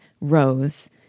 rose